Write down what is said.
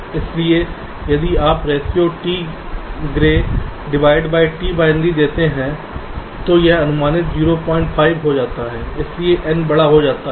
इसलिए यदि आप ratio T grey divide by T binary देते हैं तो यह अनुमानित 05 हो जाता है क्योंकि n बड़ा हो जाता है